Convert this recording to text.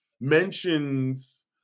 mentions